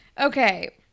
Okay